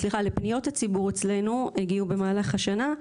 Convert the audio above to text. שלפניות הציבור אצלנו הגיעו במלך השנה,